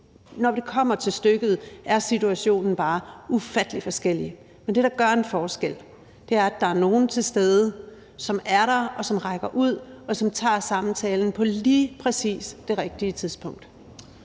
når det kommer til stykket, kan være ufattelig forskellige. Men det, der gør en forskel, er, at der er nogle til stede, som er der, som rækker ud, og som tager samtalen på lige præcis det rigtige tidspunkt.